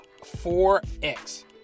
4X